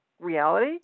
reality